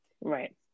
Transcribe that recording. right